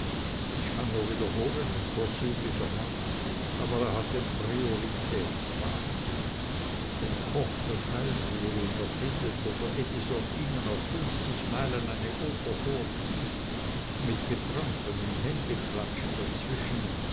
ich kann nur wiederholen ein vorzüglicher mann aber er hat den prioritätswahnsinn wenn koch das heilserum erfindet oder edison ihnen auf fünfzig meilen eine oper vorspielt mit getrampel und händeklatschen dazwischen